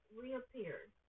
reappeared